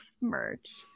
merch